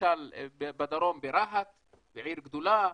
למשל בדרום, ברהט, זו עיר גדולה.